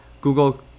Google